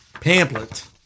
pamphlet